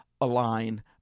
align